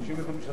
חבר הכנסת